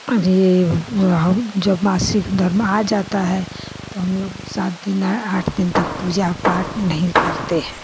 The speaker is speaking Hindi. और ये हम जब मासिक धर्म आ जाता है तो हम लोग सात दिन आठ दिन तक पूजा पाठ नहीं करते हैं